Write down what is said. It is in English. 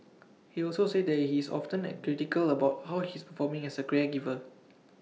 he also said that he is often A critical about how he is performing as A caregiver